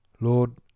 Lord